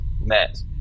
met